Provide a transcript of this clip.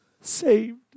saved